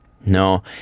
No